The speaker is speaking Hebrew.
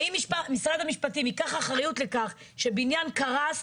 האם משרד המשפטים ייקח אחריות לכך שבניין קרס,